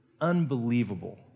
unbelievable